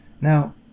Now